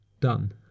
done